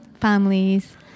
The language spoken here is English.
families